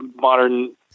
modern